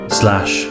slash